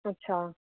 अच्छा